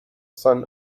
son